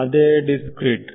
ಅದೇ ದಿಸ್ಕ್ರೀಟ್